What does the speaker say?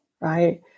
right